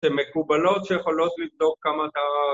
הן מקובלות שיכולות לבדוק כמה אתה